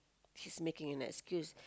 he's making an excuse